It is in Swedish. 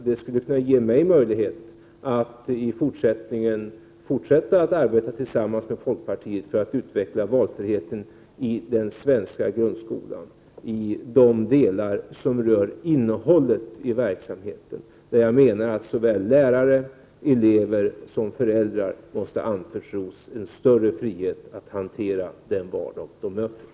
Det skulle kunna ge mig möjlighet att i fortsättningen fullfölja ett arbete tillsammans med folkpartiet för att utveckla valfriheten i den svenska grundskolan i de delar som rör innehållet i verksamheten. Jag menar att såväl lärare och elever som föräldrar måste anförtros en större frihet att hantera den vardag som de möter.